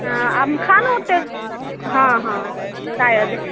हँ आ खानो ओते हँ हँ शायद